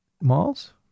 miles